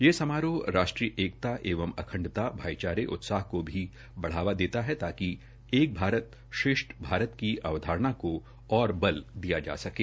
ये समारोह राष्ट्रीय एकता एवं अखंडता भाईचारे उत्साह को भी बढ़ावा देता है तकिा एक भारत श्रेष्ठ भारत की अवधारणा को और बल दिया जा सकें